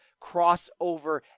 crossover